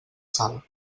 sal